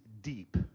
deep